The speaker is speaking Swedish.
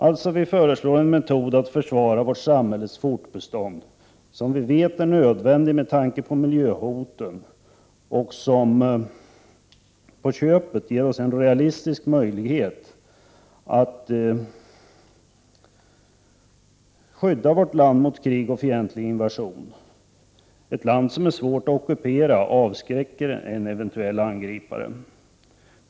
Alltså föreslår vi en metod att försvara vårt samhälles fortbestånd som vi vet är nödvändig med tanke på miljöhoten och som på köpet ger oss en realistisk möjlighet att skydda vårt land mot krig och fientlig invasion. Ett land som är svårt att ockupera avskräcker en eventuell angripare.